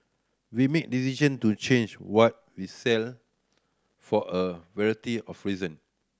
we make decision to change what we sell for a variety of reason